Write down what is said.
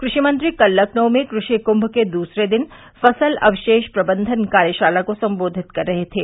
कृषि मंत्री कल लखनऊ में कृषि कुम्म के दूसरे दिन फसल अवशेष प्रबन्धन कार्यशाला को सम्बोधित कर रहे थे